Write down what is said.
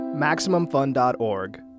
MaximumFun.org